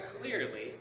clearly